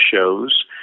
shows